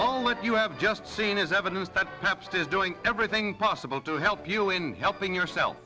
all if you have just seen as evidence that steps is doing everything possible to help you in helping yourself